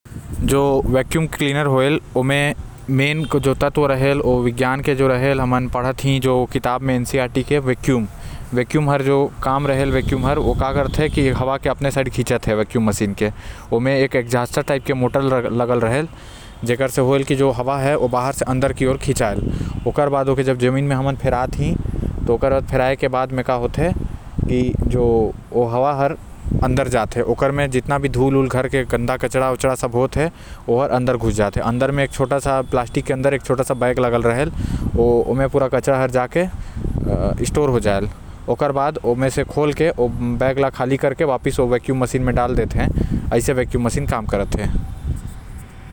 Vacuum cleaner मा एगो विज्ञान के तत्व रहल जो विज्ञान म पढ़े जाते। जो किताब में हे जेल बोलते वैक्यूम जो वैक्यूम हे ओ का करते की हवा ल अपन साइड खींचत हे। उमा एग्जॉस्टर टाइप के पंखा लगे रहल जो हवा ल अंदर खींचते। ओकर बाद जमीन म हमन फर हाथी त एकर से का होएल के जितना कचरा जमीन म हे ओ साफ हो जाते।